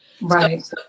Right